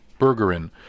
Bergerin